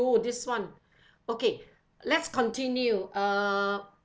oh this [one] okay let's continue err